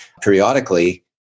periodically